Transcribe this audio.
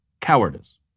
cowardice